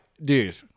Dude